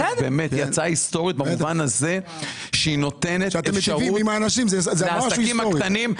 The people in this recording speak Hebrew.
במובן הזה שהיא נותנת אפשרות לעסקים הקטנים.